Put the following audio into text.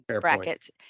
brackets